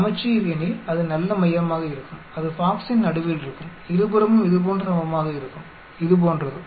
சமச்சீர் எனில் அது நல்ல மையமாக இருக்கும் அது பாக்ஸின் நடுவில் இருக்கும் இருபுறமும் இதுபோன்று சமமாக இருக்கும் இது போன்றது